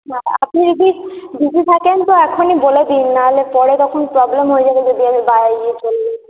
আপনি যদি বিজি থাকেন তো এখনই বলে দিন নাহলে পরে তখন প্রবলেম হয়ে যাবে যদি আমি